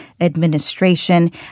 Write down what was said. administration